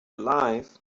alive